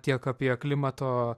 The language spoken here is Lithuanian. tiek apie klimato